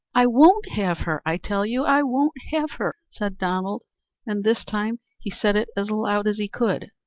i won't have her, i tell you i won't have her! said donald and this time he said it as loud as he could.